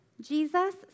Jesus